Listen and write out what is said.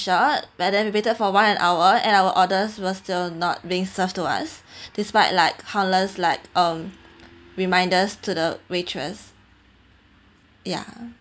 shot but then we waited for one and hour and our orders were still not being served to us despite like countless like um reminders to the waitress ya